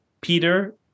Peter